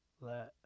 let